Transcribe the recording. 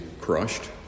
crushed